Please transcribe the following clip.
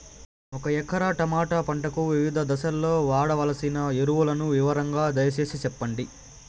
ఒక ఎకరా టమోటా పంటకు వివిధ దశల్లో వాడవలసిన ఎరువులని వివరంగా దయ సేసి చెప్పండి?